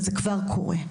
וזה כבר קורה.